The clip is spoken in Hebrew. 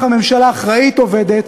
ככה ממשלה אחראית עובדת,